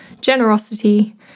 generosity